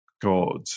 God